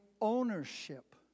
ownership